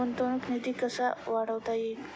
गुंतवणूक निधी कसा वाढवता येईल?